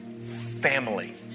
family